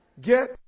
Get